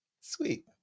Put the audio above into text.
Sweet